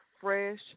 fresh